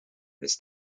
this